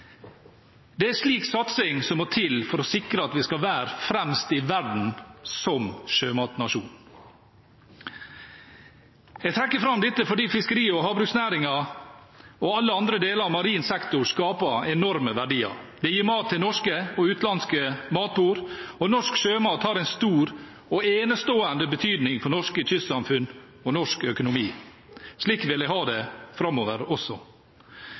Det er slik satsing som må til for å sikre at vi skal være fremst i verden som sjømatnasjon. Jeg trekker fram dette fordi fiskeri- og havbruksnæringen og alle andre deler av marin sektor skaper enorme verdier. Det gir mat til norske og utenlandske matbord, og norsk sjømat har en stor og enestående betydning for norske kystsamfunn og norsk økonomi. Slik vil jeg ha det framover også.